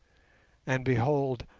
and behold!